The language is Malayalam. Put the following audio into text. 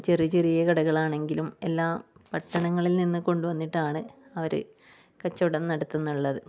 ചെറിയ ചെറിയ കടകൾ ആണെങ്കിലും എല്ലാം പട്ടണങ്ങളിൽ നിന്ന് കൊണ്ടുവന്നിട്ടാണ് അവർ കച്ചവടം നടത്തുന്നുള്ളത്